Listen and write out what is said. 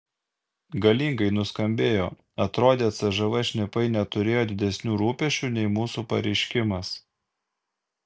galingai nuskambėjo atrodė cžv šnipai neturėjo didesnių rūpesčių nei mūsų pareiškimas